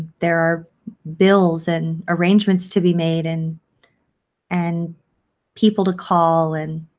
there are bills and arrangements to be made and and people to call and